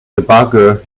debugger